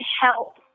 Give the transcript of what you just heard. help